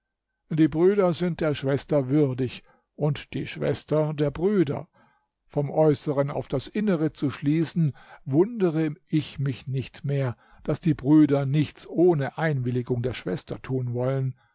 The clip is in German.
die brüder sind der schwester würdig und die schwester der brüder vom äußeren auf das innere zu schließen wundere ich mich nicht mehr daß die brüder nichts ohne einwilligung der schwester tun wollen